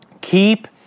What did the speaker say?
Keep